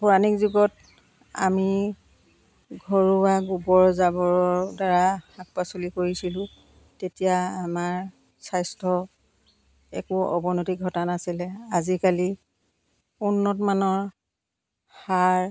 পৌৰাণিক যুগত আমি ঘৰুৱা গোবৰ জাবৰৰদ্বাৰা শাক পাচলি কৰিছিলোঁ তেতিয়া আমাৰ স্বাস্থ্য একো অৱনতি ঘটা নাছিলে আজিকালি উন্নতমানৰ সাৰ